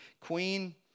queen